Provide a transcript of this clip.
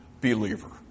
believer